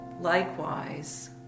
likewise